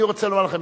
אני רוצה לומר לכם,